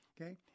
okay